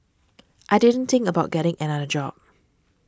I didn't think about getting another job